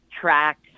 tracks